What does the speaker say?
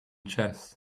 chess